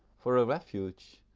for a refuge,